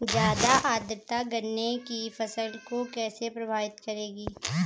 ज़्यादा आर्द्रता गन्ने की फसल को कैसे प्रभावित करेगी?